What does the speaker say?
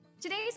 today's